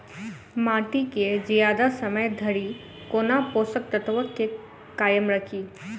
माटि केँ जियादा समय धरि कोना पोसक तत्वक केँ कायम राखि?